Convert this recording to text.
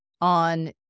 on